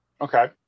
Okay